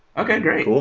okay, great.